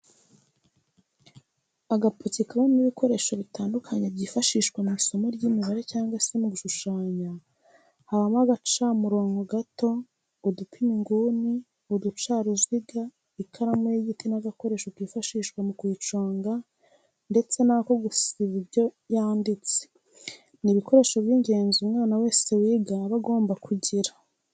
Agapaki kabamo ibikoresho bitandukanye byifashishwa mu isomo ry'imibare cyangwa se mu gushushanya habamo agacamurongo gato, udupima inguni, uducaruziga, ikaramu y'igiti n'agakoresho kifashishwa mu kuyiconga ndetse n'ako gusiba ibyo yanditse, ni ibikoresho by'ingenzi umwana wese wiga aba agomba kugira.